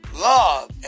love